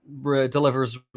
delivers